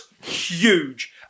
huge